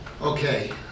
Okay